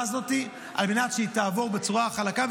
הזאת על מנת שהיא תעבור בצורה חלקה,